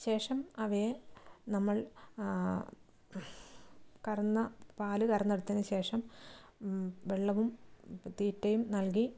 ശേഷം അവയെ നമ്മൾ കറന്ന പാല് കറന്നെടുത്തതിന് ശേഷം വെള്ളവും തീറ്റയും നൽകി